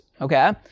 okay